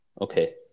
okay